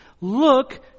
Look